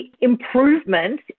improvement